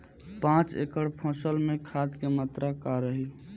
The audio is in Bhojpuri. पाँच एकड़ फसल में खाद के मात्रा का रही?